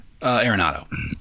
Arenado